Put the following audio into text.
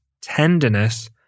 tenderness